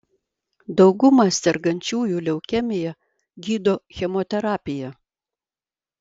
daugumą sergančiųjų leukemija gydo chemoterapija